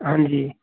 ਹਾਂਜੀ